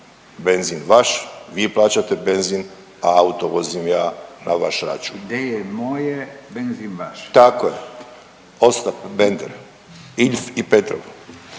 benzin vaš, vi plaćate benzin, a auto vozim ja na vaš račun. …/Upadica Radin: Ideje moje, benzin vaš/… Tako je, Ostap Bender, Iljf i Petrov,